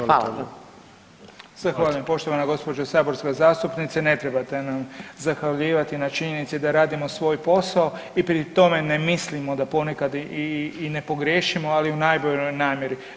Zahvaljujem poštovana gospođo saborska zastupnice, ne trebate nam zahvaljivati na činjenici da radimo svoj posao i pri tome ne mislimo da ponekad i ne pogriješimo ali u najboljoj namjeri.